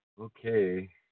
okay